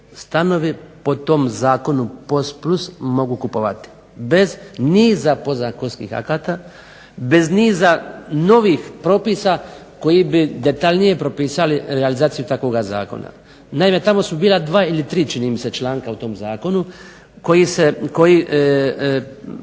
stanovi po tom zakonu POS-plus mogu kupovati, bez niza podzakonskih akata, bez niza novih propisa koji bi detaljnije propisali realizaciju takvog zakona. Naime, tamo su bila dva ili tri čini mi se članka u tom zakonu koji